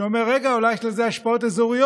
שאומר: רגע, אולי יש לזה השפעות אזוריות?